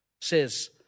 says